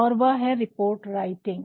और वह है रिपोर्ट राइटिंग